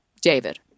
David